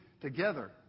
together